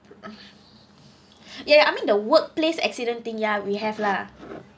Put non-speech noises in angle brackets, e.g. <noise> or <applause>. <breath> ya I mean the workplace accident thing ya we have lah